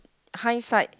high site